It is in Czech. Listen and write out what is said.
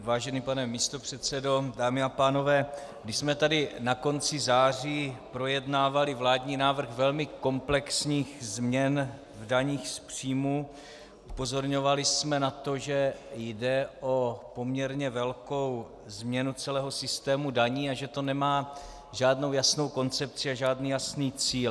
Vážený pane místopředsedo, dámy a pánové, když jsme tady na konci září projednávali vládní návrh velmi komplexních změn v daních z příjmů, upozorňovali jsme na to, že jde o poměrně velkou změnu celého systému daní a že to nemá žádnou jasnou koncepci a žádný jasný cíl.